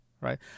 right